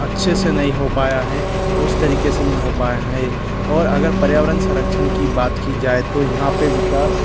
अच्छे से नहीं हो पाया है उस तरीक़े से नहीं हो पाया है और अगर पर्यावरन सरक्षण की बात की जाए तो यहाँ पर विकास